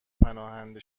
پناهنده